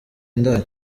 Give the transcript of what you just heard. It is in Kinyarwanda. indaya